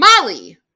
Molly